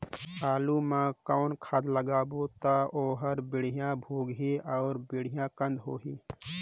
आलू मा कौन खाद लगाबो ता ओहार बेडिया भोगही अउ बेडिया कन्द होही?